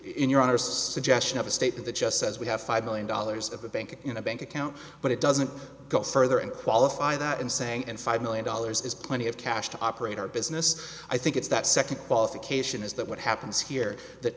in your own or suggestion of a state of the just says we have five million dollars of the bank in a bank account but it doesn't go further and qualify that in saying and five million dollars is plenty of cash to operate our business i think it's that second qualification is that what happens here that